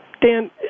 Dan